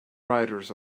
riders